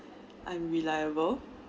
I'm reliable